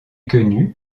quenu